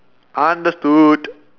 understood